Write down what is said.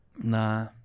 Nah